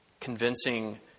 convincing